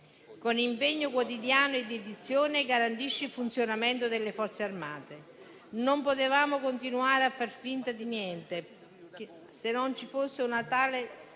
con impegno quotidiano e dedizione, garantisce il funzionamento delle Forze armate. Non potevamo continuare a far finta di niente, come se non ci fosse una tale